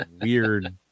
weird